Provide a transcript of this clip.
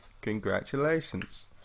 Congratulations